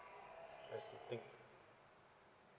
that's the thing